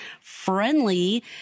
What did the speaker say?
friendly